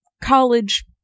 college